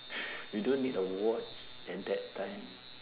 you don't need a watch at that time